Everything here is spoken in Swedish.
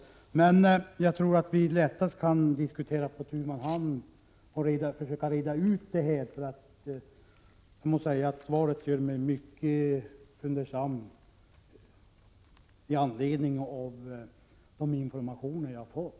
Men jag tror att vi lättast kan diskutera det här på tu man hand och försöka reda ut det. För jag måste säga att svaret gör mig mycket fundersam med hänsyn till de informationer jag fått.